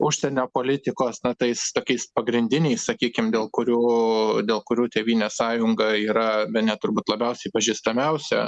užsienio politikos na tais tokiais pagrindiniais sakykim dėl kurių dėl kurių tėvynės sąjunga yra bene turbūt labiausiai pažįstamiausia